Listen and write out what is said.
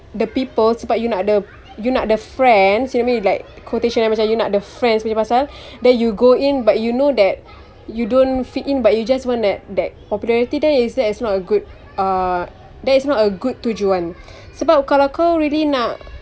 the people's sebab you nak ada you nak ada friends you know what I mean like quotation macam you nak ada friends punya pasal then you go in but you know that you don't fit in but you just want that that popularity then it's that's not a good uh there is not a good tujuan sebab kalau kau really nak